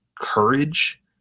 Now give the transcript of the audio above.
courage